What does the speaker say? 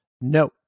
No